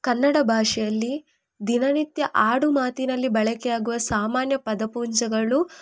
ಕನ್ನಡ ಭಾಷೆಯಲ್ಲಿ ದಿನನಿತ್ಯ ಆಡುಮಾತಿನಲ್ಲಿ ಬಳಕೆಯಾಗುವ ಸಾಮಾನ್ಯ ಪದಪುಂಜಗಳು